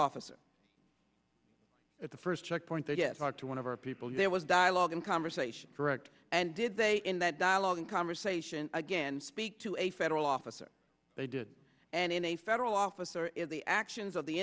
officer at the first checkpoint that if talk to one of our people there was dialogue and conversation direct and did they in that dialogue in conversation again speak to a federal officer they did and in a federal officer is the actions of the